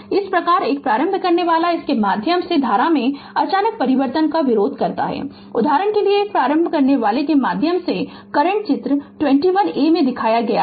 इस प्रकार एक प्रारंभ करने वाला इसके माध्यम से धारा में अचानक परिवर्तन का विरोध करता है उदाहरण के लिए एक प्रारंभ करनेवाला के माध्यम से करंट चित्र 21a में दिखाया गया है